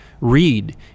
read